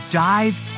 dive